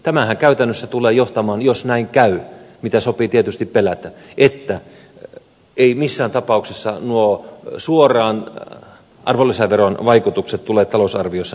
tämähän käytännössä tulee johtamaan siihen jos näin käy mitä sopii tietysti pelätä etteivät missään tapauksessa suoraan arvonlisäveron vaikutukset tule talousarviossa näkymään